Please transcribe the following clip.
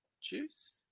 Juice